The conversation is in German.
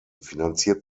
finanziert